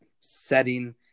setting